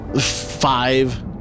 five